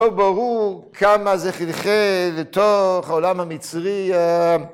‫לא ברור כמה זה חלחל ‫לתוך העולם המצרי.